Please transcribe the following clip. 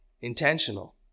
intentional